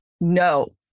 No